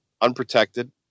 unprotected